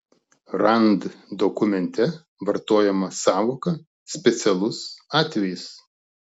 rand dokumente vartojama sąvoka specialus atvejis